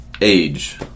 Age